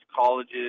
colleges